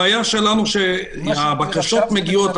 הבעיה שלנו היא שהבקשות מגיעות,